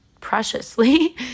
preciously